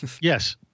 Yes